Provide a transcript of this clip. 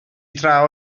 draw